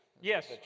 Yes